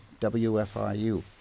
WFIU